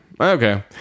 okay